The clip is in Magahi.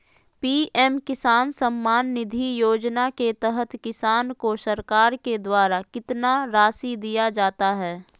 पी.एम किसान सम्मान निधि योजना के तहत किसान को सरकार के द्वारा कितना रासि दिया जाता है?